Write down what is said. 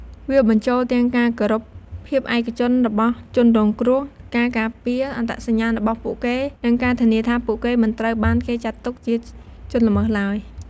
វាបញ្ចូលទាំងការគោរពភាពឯកជនរបស់ជនរងគ្រោះ ការការពារអត្តសញ្ញាណរបស់ពួកគេ និងការធានាថាពួកគេមិនត្រូវបានគេចាត់ទុកជាជនល្មើសឡើយ។